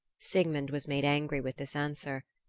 sigmund was made angry with this answer.